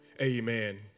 Amen